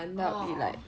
orh